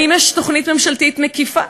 האם יש תוכנית ממשלתית מקיפה,